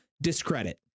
discredit